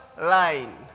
line